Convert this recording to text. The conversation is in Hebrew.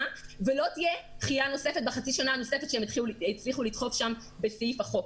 ולא תהייה דחייה נוספת בחצי השנה הנוספת שהם הצליחו להכניס בסעיף החוק,